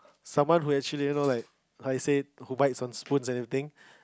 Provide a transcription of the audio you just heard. someone who actually you know like how to say who bit on spoons anything